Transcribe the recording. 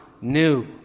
new